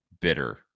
bitter